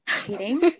cheating